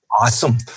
Awesome